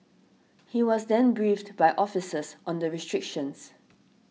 he was then briefed by officers on the restrictions